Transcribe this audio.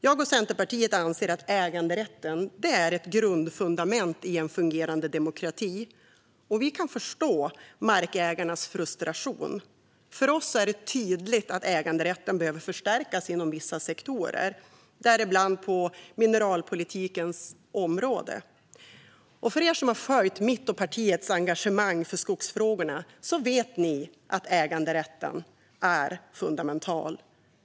Jag och Centerpartiet anser att äganderätten är ett grundfundament i en fungerande demokrati, och vi kan förstå markägarnas frustration. För oss är det tydligt att äganderätten behöver förstärkas inom vissa sektorer, däribland på mineralpolitikens område. Ni som har följt mitt och partiets engagemang för skogsfrågorna vet att äganderätten är fundamental.